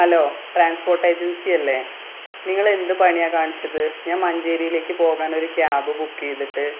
hello transport agency അല്ലേ നിങ്ങൾ എന്ത് പണിയാണ് കാണിച്ചത് ഞാൻ മഞ്ചേരിയിലേക്ക് പോകാൻ ഒരു ക്യാബ് ബുക്ക് ചെയ്തിട്ട്